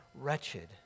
wretched